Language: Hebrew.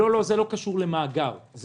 זה לא קשור למאגר.